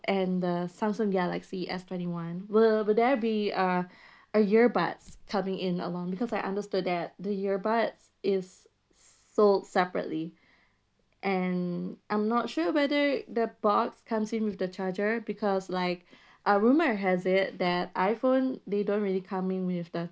and the Samsung galaxy S twenty one will will there be uh a earbuds coming in along because I understood that the earbuds it's sold separately and I'm not sure whether the box comes in with the charger because like uh rumor has it that iPhone they don't really coming with the